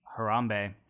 Harambe